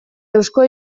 eusko